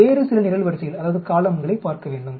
வேறு சில நிரல்வரிசைகளைப் பார்க்க வேண்டும்